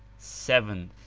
seven.